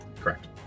correct